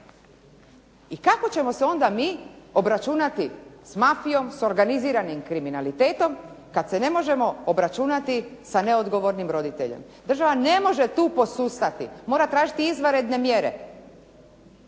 I kako ćemo se onda mi obračunati s mafijom, s organiziranim kriminalitetom kad se ne možemo obračunati s neodgovornim roditeljem. Država ne može tu posustati. Mora tražiti izvanredne mjere